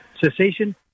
cessation